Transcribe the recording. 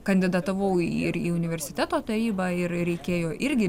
kandidatavau ir į universiteto tarybą ir reikėjo irgi